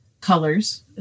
colors